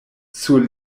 sur